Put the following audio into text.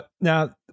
now